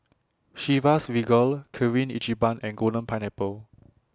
Chivas Regal Kirin Ichiban and Golden Pineapple